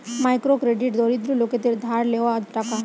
micro credit দরিদ্র লোকদের ধার লেওয়া টাকা